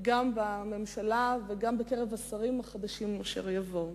גם בממשלה וגם בקרב השרים החדשים שיבואו.